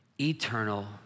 Eternal